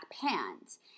pants